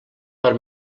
per